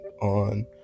on